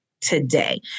today